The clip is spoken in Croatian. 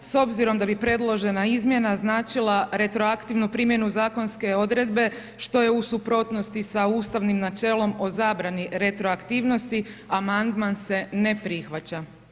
S obzirom da bi predložena izmjena značilo retroaktivnu primjenu zakonske odredbe što je u suprotnosti sa ustavnim načelom o zabrani retroaktivnosti, amandman se ne prihvaća.